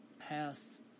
pass